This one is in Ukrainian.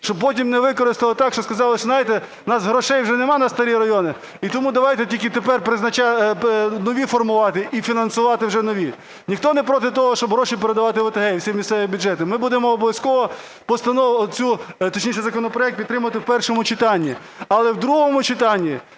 Щоб потім не використали так, що сказали6 знаєте у нас грошей вже нема на старі райони, і тому давайте нові формувати і фінансувати вже нові. Ніхто не проти того, щоб гроші передавати в ОТГ і в місцеві бюджети. Ми будемо обов'язково постанову, точніше законопроект, підтримувати в першому читанні. Але в другому читанні